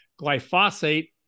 glyphosate